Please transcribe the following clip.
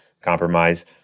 compromise